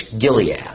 Gilead